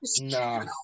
Nah